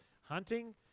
hunting